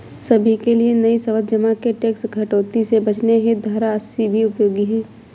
सभी के लिए नई सावधि जमा में टैक्स कटौती से बचने हेतु धारा अस्सी सी उपयोगी है